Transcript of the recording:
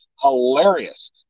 hilarious